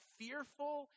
fearful